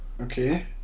Okay